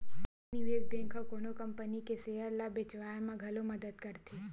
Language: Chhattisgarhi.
निवेस बेंक ह कोनो कंपनी के सेयर ल बेचवाय म घलो मदद करथे